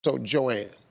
so, joann,